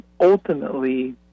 ultimately